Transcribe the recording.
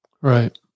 right